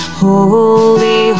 holy